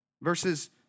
Verses